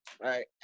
right